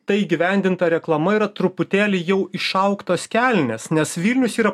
tai įgyvendinta reklama yra truputėlį jau išaugtos kelnės nes vilnius yra